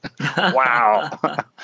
Wow